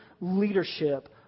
leadership